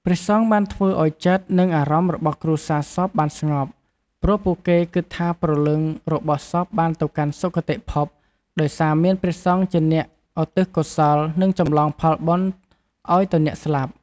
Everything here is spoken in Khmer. ព្រះសង្ឃបានធ្វើឲ្យចិត្ត និងអារម្មណ៍របស់គ្រួសារសពបានស្ងប់ ព្រោះពួកគេគិតថាប្រលឹងរបស់សពបានទៅកាន់សុគតិភព ដោយសារមានព្រះសង្ឃជាអ្នកឧទ្ទិសកុសល និងចម្លងផលបុណ្យឲ្យទៅអ្នកស្លាប់។